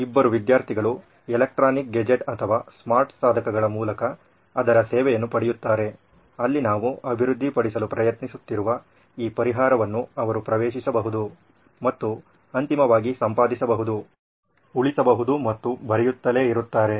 ಇಬ್ಬರು ವಿದ್ಯಾರ್ಥಿಗಳು electronic gadget ಅಥವಾ ಸ್ಮಾರ್ಟ್ ಸಾಧನಗಳ ಮೂಲಕ ಅದರ ಸೇವೆಯನ್ನು ಪಡೆಯುತ್ತಾರೆ ಅಲ್ಲಿ ನಾವು ಅಭಿವೃದ್ಧಿಪಡಿಸಲು ಪ್ರಯತ್ನಿಸುತ್ತಿರುವ ಈ ಪರಿಹಾರವನ್ನು ಅವರು ಪ್ರವೇಶಿಸಬಹುದು ಮತ್ತು ಅಂತಿಮವಾಗಿ ಸಂಪಾದಿಸಬಹುದು ಉಳಿಸಬಹುದು ಮತ್ತು ಬರೆಯುತ್ತಲೇ ಇರುತ್ತಾರೆ